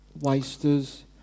wasters